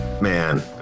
Man